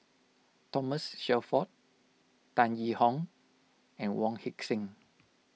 Thomas Shelford Tan Yee Hong and Wong Heck Sing